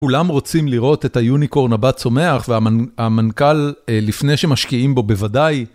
כולם רוצים לראות את היוניקורן הבת צומח והמנכ״ל, לפני שמשקיעים בו בוודאי.